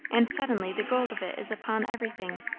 and suddenly the gold of it is upon everything,